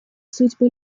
судьбы